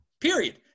period